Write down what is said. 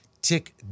tick